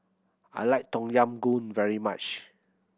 I like Tom Yam Goong very much